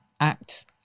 act